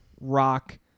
rock